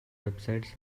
websites